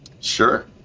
Sure